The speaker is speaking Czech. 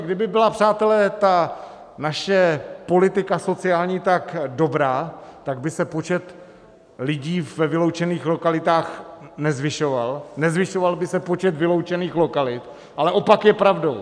Heleďte, kdyby byla, přátelé, ta naše politika sociální tak dobrá, tak by se počet lidí ve vyloučených lokalitách nezvyšoval, nezvyšoval by se počet vyloučených lokalit, ale opak je pravdou.